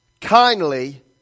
kindly